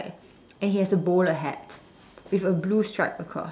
and he has a bowl hat with a blue stripe across